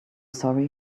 sorry